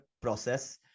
process